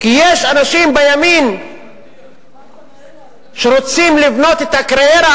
כי יש אנשים בימין שרוצים לבנות את הקריירה